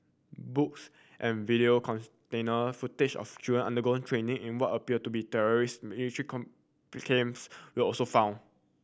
books and video footage of children undergoing training in what appeared to be terrorist military were also found